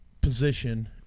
position